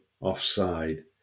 offside